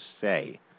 Say